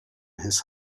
his